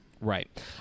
Right